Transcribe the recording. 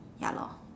ya lor